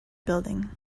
building